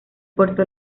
puerto